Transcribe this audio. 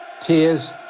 tears